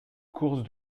course